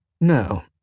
No